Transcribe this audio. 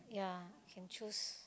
yeah can choose